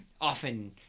often